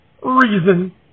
reason